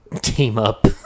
team-up